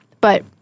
But-